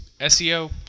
SEO